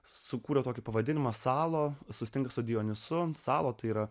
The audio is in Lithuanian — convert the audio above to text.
sukūriau tokį pavadinimą salo susitinka su dionizu ant stalo tai yra